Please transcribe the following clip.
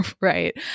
Right